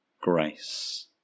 grace